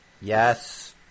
Yes